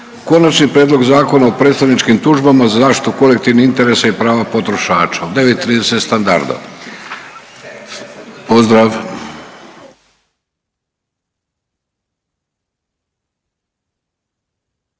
Konačni prijedlog Zakona o predstavničkim tužbama za zaštitu kolektivnih interesa i prava potrošača, u 9 i 30 standardno. Pozdrav.